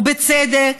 ובצדק,